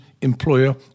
employer